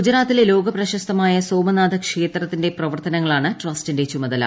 ഗുജറാത്തിലെ ലോകപ്രശസ്തമായ സോമർീഥിക്ഷേത്രത്തിന്റെ പ്രവർത്തനങ്ങളാണ് ട്രസ്റ്റിന്റെ ചുമതല